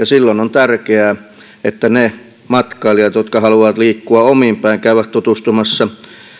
silloin on tärkeää että ne matkailijat jotka haluavat liikkua omin päin käydä tutustumassa